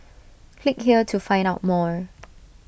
click here to find out more